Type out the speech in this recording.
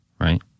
right